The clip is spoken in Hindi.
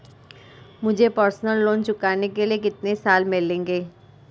मुझे पर्सनल लोंन चुकाने के लिए कितने साल मिलेंगे?